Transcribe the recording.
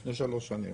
לפני שלוש שנים.